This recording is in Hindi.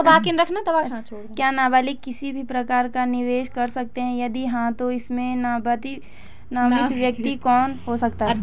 क्या नबालिग किसी भी प्रकार का निवेश कर सकते हैं यदि हाँ तो इसमें नामित व्यक्ति कौन हो सकता हैं?